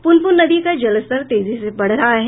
प्रनपुन नदी का जलस्तर तेजी से बढ़ रहा है